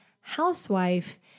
housewife